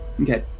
Okay